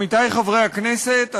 עמיתי חברי הכנסת,